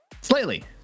Slightly